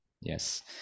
Yes